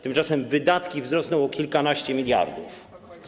Tymczasem wydatki wzrosną o kilkanaście miliardów.